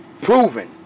proven